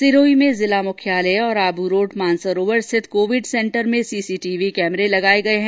सिरोही में जिला मुख्यालय और आबूरोड मानसरोवर स्थित कोविड सेंटर में सीसीटीसी कैमरे लगाये गये है